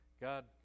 God